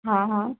हा हा